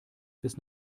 bis